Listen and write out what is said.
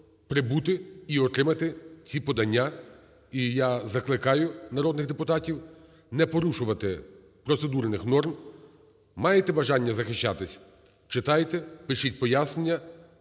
прибути і отримати ці подання. І я закликаю народних депутатів не порушувати процедурних норм. Маєте бажання захищатись – читайте, пишіть пояснення,